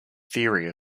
theory